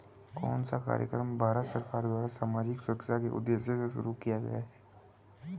कौन सा कार्यक्रम भारत सरकार द्वारा सामाजिक सुरक्षा के उद्देश्य से शुरू किया गया है?